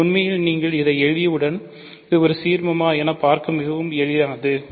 இது உண்மையில் நீங்கள் இதை எழுதியவுடன் இது ஒரு சீர்மமா என்பதை பார்க்க மிகவும் எளிதானது